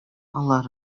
алар